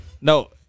No